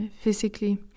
physically